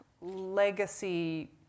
legacy